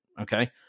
Okay